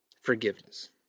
forgiveness